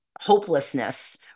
hopelessness